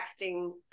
texting